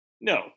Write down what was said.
No